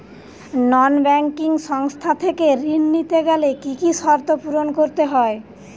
নন banking সংস্থা থেকে ঋণ নিতে গেলে কি কি শর্ত পূরণ করতে হয়?